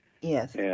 Yes